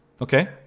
Okay